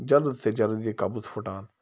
جلد سے جلد یہِ قبض پھُٹان